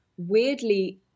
Weirdly